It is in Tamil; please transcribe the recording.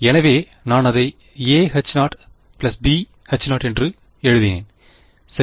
எனவே நான் அதை aH0bH0 என்று எழுதினேன் சரி